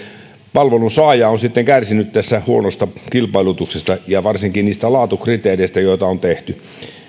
palvelunsaaja on sitten kärsinyt tästä huonosta kilpailutuksesta ja varsinkin niistä laatukriteereistä joita on tehty